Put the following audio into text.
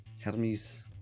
Hermes